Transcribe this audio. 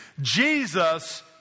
Jesus